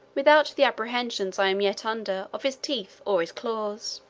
without the apprehensions i am yet under of his teeth or his claws.